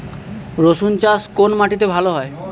রুসুন চাষ কোন মাটিতে ভালো হয়?